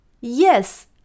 yes